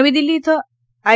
नवी दिल्ली इथं आय